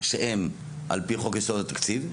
שהם על פי חוק יסודות התקציב,